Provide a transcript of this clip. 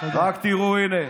רק תראו, הינה.